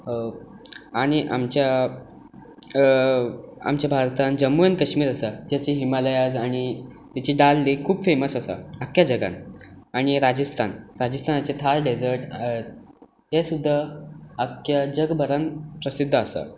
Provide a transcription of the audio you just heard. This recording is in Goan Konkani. आनी आमच्या भारतांत जम्मू एण्ड कश्मीर आसा जाची हिमालयाज आनी दाल लेक खूब फॅमस आसा आख्ख्या जगांत आनी राजस्थान राजस्थानाचें थार डॅसर्ट हें सुद्दां आख्ख्या जगभरांत प्रसिध्द आसा